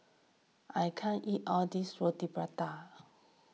I can't eat all this Roti Prata